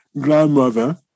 grandmother